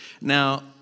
Now